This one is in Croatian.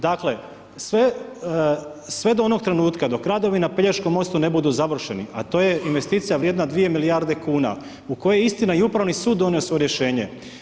Dakle, sve do onog trenutka dok radovi na Pelješkom mostu ne budu završeni, a to je investicija vrijedna dvije milijarde kuna, u koji je istina, i Upravni sud donio svoje rješenje.